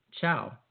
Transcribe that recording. ciao